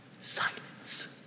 silence